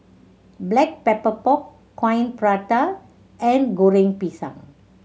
Black Pepper Pork Coin Prata and Goreng Pisang